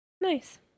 Nice